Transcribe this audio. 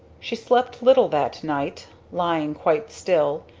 she slept little that night, lying quite still,